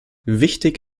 wichtig